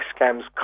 scams